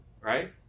right